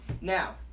Now